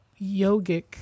yogic